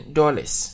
dollars